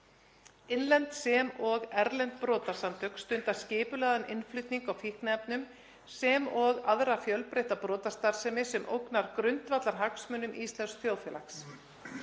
Innlend sem og erlend brotasamtök stunda skipulagðan innflutning á fíkniefnum sem og aðra fjölbreytta brotastarfsemi sem ógnar grundvallarhagsmunum íslensks þjóðfélags.